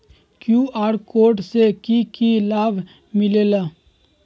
QR code से कि कि लाव मिलेला?